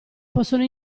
possono